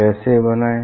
कैसे बनाएं